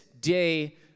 day